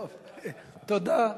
תודה.